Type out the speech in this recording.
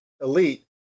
elite